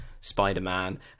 Spider-Man